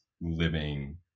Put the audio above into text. living